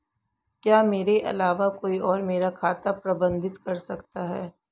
क्या मेरे अलावा कोई और मेरा खाता प्रबंधित कर सकता है?